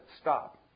stop